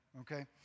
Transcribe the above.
Okay